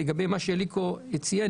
לגבי מה שאליקו הציע,